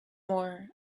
more